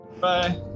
Bye